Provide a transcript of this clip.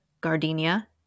gardenia